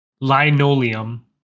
Linoleum